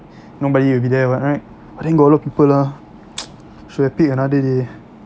nobody will be there [what] right but then got a lot of people ah should have picked another day